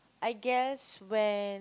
I guess when